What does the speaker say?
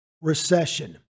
recession